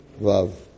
Love